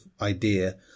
idea